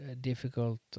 difficult